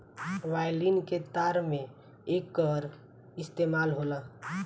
violin के तार में एकर इस्तेमाल होला